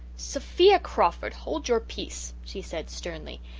sophia crawford, hold your peace she said sternly.